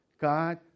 God